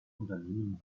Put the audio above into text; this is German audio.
unternehmen